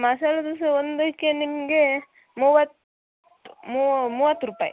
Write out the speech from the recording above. ಮಸಾಲೆ ದೋಸೆ ಒಂದಕ್ಕೆ ನಿಮಗೆ ಮೂವತ್ತು ಮೂವತ್ತು ರೂಪಾಯಿ